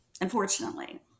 Unfortunately